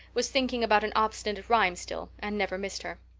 was thinking about an obstinate rhyme still and never missed her.